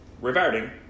reverting